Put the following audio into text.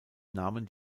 nahmen